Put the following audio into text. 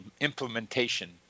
implementation